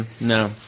No